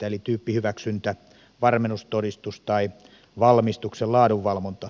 eli tyyppihyväksyntä varmennustodistus tai valmistuksen laadunvalvonta